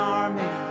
army